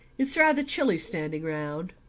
it's rather chilly standing round.